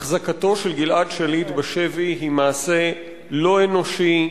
החזקתו של גלעד שליט בשבי היא מעשה לא אנושי,